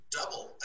double